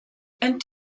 and